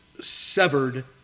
severed